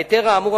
ההיתר האמור,